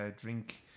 drink